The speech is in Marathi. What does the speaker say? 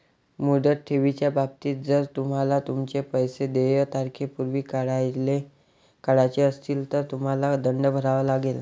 मुदत ठेवीच्या बाबतीत, जर तुम्हाला तुमचे पैसे देय तारखेपूर्वी काढायचे असतील, तर तुम्हाला दंड भरावा लागेल